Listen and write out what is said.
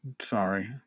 sorry